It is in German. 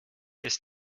ist